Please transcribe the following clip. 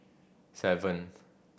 seven